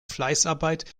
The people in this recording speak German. fleißarbeit